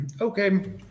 Okay